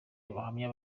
abahamya